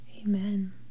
Amen